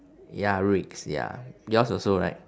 ya rakes ya yours also right